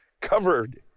covered